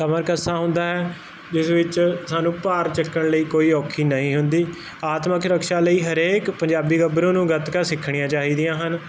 ਕਮਰ ਕੱਸਾ ਹੁੰਦਾ ਹੈ ਜਿਸ ਵਿੱਚ ਸਾਨੂੰ ਭਾਰ ਚੱਕਣ ਲਈ ਕੋਈ ਔਖੀ ਨਹੀਂ ਹੁੰਦੀ ਆਤਮਕ ਰਕਸ਼ਾ ਲਈ ਹਰੇਕ ਪੰਜਾਬੀ ਗੱਭਰੂ ਨੂੰ ਗਤਕਾ ਸਿੱਖਣੀਆਂ ਚਾਹੀਦੀਆਂ ਹਨ